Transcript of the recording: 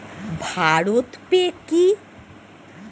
ভারত পে কি?